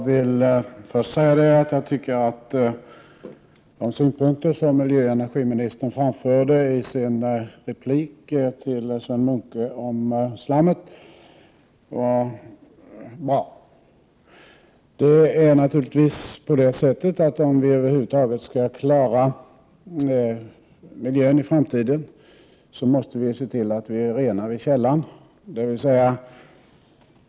Herr talman! De synpunkter som miljöoch energiministern framförde om rötslammet i sin replik till Sven Munke var bra. För att över huvud taget klara miljön i framtiden måste vi se till att rena vid källan.